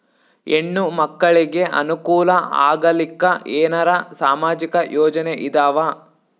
ಹೆಣ್ಣು ಮಕ್ಕಳಿಗೆ ಅನುಕೂಲ ಆಗಲಿಕ್ಕ ಏನರ ಸಾಮಾಜಿಕ ಯೋಜನೆ ಇದಾವ?